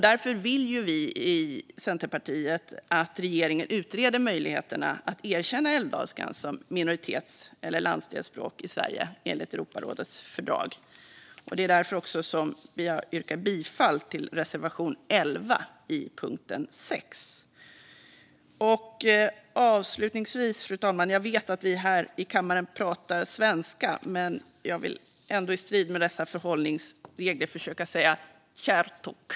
Därför vill vi i Centerpartiet att regeringen utreder möjligheterna att erkänna älvdalskan som minoritets eller landsdelsspråk i Sverige enligt Europarådets fördrag. Det är också därför jag yrkar bifall till reservation 11 under punkt 6. Avslutningsvis, fru talman: Jag vet att vi här i kammaren pratar svenska men vill ändå, i strid med dessa förhållningsregler, försöka säga tjär tokk.